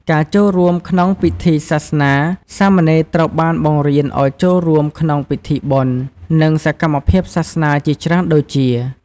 ការចូលរួមក្នុងពិធីសាសនា សាមណេរត្រូវបានបង្រៀនឱ្យចូលរួមក្នុងពិធីបុណ្យ និងសកម្មភាពសាសនាជាច្រើនដូចជា។